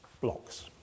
blocks